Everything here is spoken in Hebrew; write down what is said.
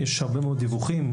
יש הרבה מאוד דיווחים.